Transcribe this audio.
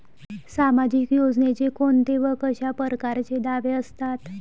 सामाजिक योजनेचे कोंते व कशा परकारचे दावे असतात?